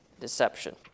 deception